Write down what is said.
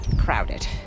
crowded